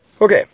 Okay